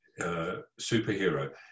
superhero